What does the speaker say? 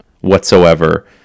whatsoever